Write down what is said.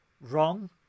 wrong